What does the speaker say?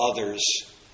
others